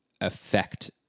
affect